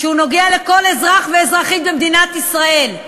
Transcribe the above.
שנוגע לכל אזרח ואזרחית במדינת ישראל,